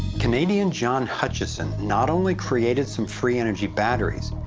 canadian john hutchison not only created some free energy batteries,